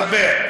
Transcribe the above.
נו, דבר.